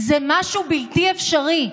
זה משהו בלתי אפשרי.